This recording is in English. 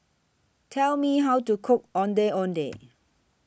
Tell Me How to Cook Ondeh Ondeh